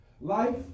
Life